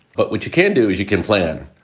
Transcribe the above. but what you can't do is you can plan.